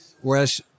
Whereas